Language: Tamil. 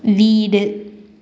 வீடு